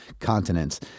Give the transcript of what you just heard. continents